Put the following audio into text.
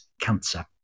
cancer